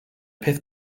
peth